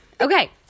Okay